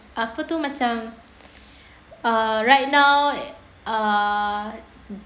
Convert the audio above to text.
apa tu macam um right now uh